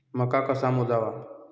मका कसा मोजावा?